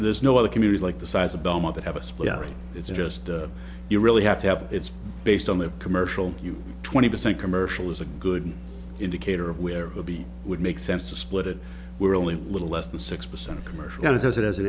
there's no other communities like the size of belmont that have a split it's just you really have to have it's based on the commercial you twenty percent commercial is a good indicator of where it would be would make sense to split it we're only a little less than six percent commercial and it has